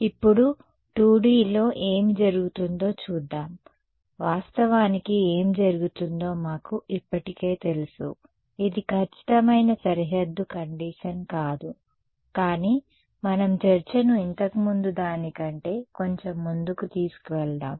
ఇప్పుడు 2Dలో ఏమి జరుగుతుందో చూద్దాం వాస్తవానికి ఏమి జరుగుతుందో మాకు ఇప్పటికే తెలుసు ఇది ఖచ్చితమైన సరిహద్దు కండీషన్ కాదు కానీ మనం చర్చను ఇంతకు ముందు దాని కంటే కొంచెం ముందుకు తీసుకువెళదాం